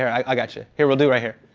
i i got you. here, we'll do right here.